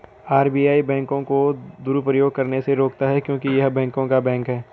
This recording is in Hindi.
आर.बी.आई बैंकों को दुरुपयोग करने से रोकता हैं क्योंकि य़ह बैंकों का बैंक हैं